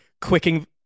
quicking